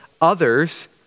others